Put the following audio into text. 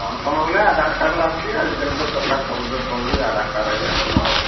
କ'ଣ କ'ଣ ବୋଇଲେ ଆଧାର କାର୍ଡ଼ ଲାଗୁଛି ଆଜିକାଲି ତ ଦରକାର ସବୁ ତ କହୁଛି ଆଧାର କାର୍ଡ଼ ହେଲେ ହବ ଆଉ